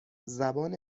زبان